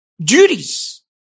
duties